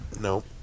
no